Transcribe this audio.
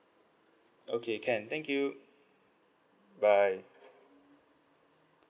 okay can thank you bye